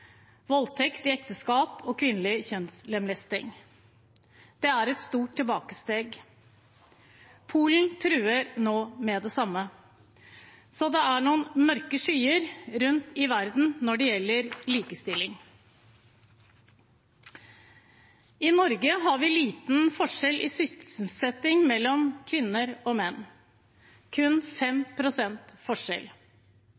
voldtekt i ekteskap og kvinnelig kjønnslemlesting. Det er et stort tilbakesteg. Polen truer nå med det samme. Så det er noen mørke skyer rundt i verden når det gjelder likestilling. I Norge har vi liten forskjell i sysselsetting mellom kvinner og menn, kun